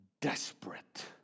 desperate